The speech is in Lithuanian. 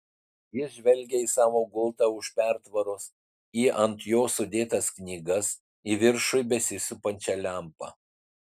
jis žvelgė į savo gultą už pertvaros į ant jo sudėtas knygas į viršuj besisupančią lempą